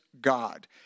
God